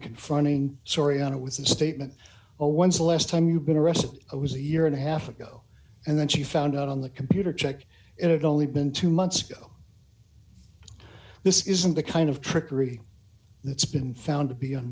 confronting soriano with the statement oh when's the last time you've been arrested it was a year and a half ago and then she found out on the computer check it only been two months ago this isn't the kind of trickery that's been found to be